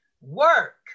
work